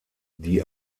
die